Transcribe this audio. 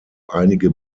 einige